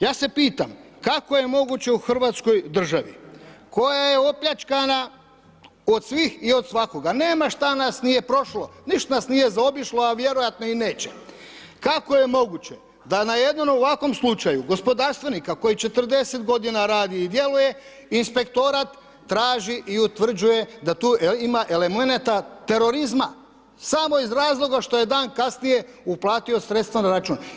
Ja se pitam, kako je moguće u Hrvatskoj državi koja je opljačkana od svih i od svakoga, nema što nas nije prošlo, ništa nas nije zaobišlo a vjerojatno i neće, kako je moguće da na jednom ovakvom slučaju gospodarstvenika koji 40 godina radi i djeluje inspektorat traži i utvrđuje da tu ima elemenata terorizma samo iz razloga što je dan kasnije uplatio sredstva na račun?